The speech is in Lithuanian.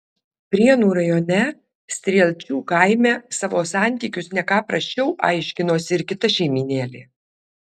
prienų rajone strielčių kaime savo santykius ne ką prasčiau aiškinosi ir kita šeimynėlė